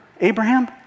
Abraham